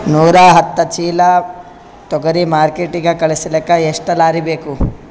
ನೂರಾಹತ್ತ ಚೀಲಾ ತೊಗರಿ ಮಾರ್ಕಿಟಿಗ ಕಳಸಲಿಕ್ಕಿ ಎಷ್ಟ ಲಾರಿ ಬೇಕು?